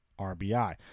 RBI